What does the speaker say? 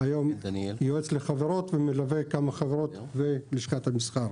אני יועץ לחברות ומלווה כמה חברות בלשכת המסחר,